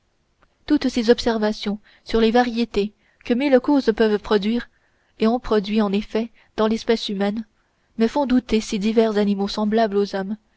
toutes ces observations sur les variétés que mille causes peuvent produire et ont produit en effet dans l'espèce humaine me font douter si divers animaux semblables aux hommes